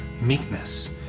meekness